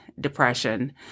depression